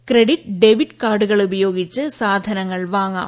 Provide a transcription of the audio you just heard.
credit debit കാർഡുകൾ ഉപയോഗിച്ച് സാധനങ്ങൾ വാങ്ങാം